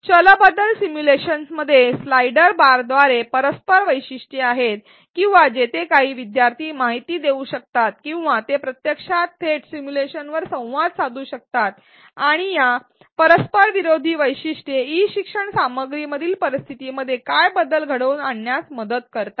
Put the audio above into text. चल बदल सिम्युलेशनमध्ये स्लाइडर बारद्वारे परस्पर वैशिष्ट्ये आहेत किंवा जेथे काही विद्यार्थी माहिती देऊ शकतात किंवा ते प्रत्यक्षात थेट सिम्युलेशनवर संवाद साधू शकतात आणि या परस्परसंवादी वैशिष्ट्ये ई शिक्षण सामग्रीमधील परिस्थितींमध्ये काय बदल घडवून आणण्यास मदत करतात